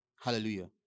Hallelujah